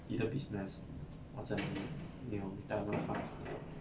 either business or 讲你有 retirement funds 那种